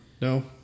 No